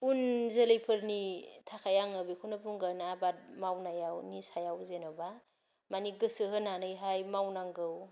उन जोलैफोरनि थाखाय आङो बेखौनो बुंगोन आबाद मावनायाव निसायाव जेन'बा मानि गोसो होनानैहाय मावनांगौ